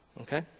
Okay